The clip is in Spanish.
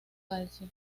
calcio